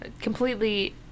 completely